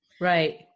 Right